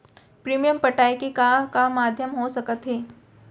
Premium पटाय के का का माधयम हो सकत हे?